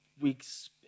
weeks